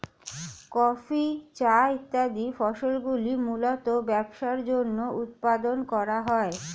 coffee, চা ইত্যাদি ফসলগুলি মূলতঃ ব্যবসার জন্য উৎপাদন করা হয়